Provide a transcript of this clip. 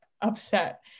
upset